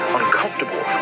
uncomfortable